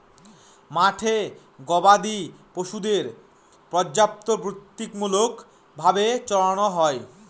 মাঠে গোবাদি পশুদের পর্যায়বৃত্তিমূলক ভাবে চড়ানো হয়